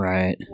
Right